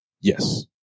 Yes